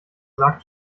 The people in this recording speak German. sagt